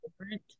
different